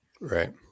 right